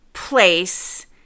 place